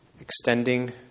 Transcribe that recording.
extending